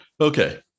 Okay